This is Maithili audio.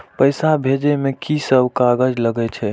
पैसा भेजे में की सब कागज लगे छै?